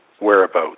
whereabouts